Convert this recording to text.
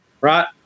right